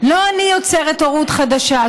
לא אני יוצרת הורות חדשה,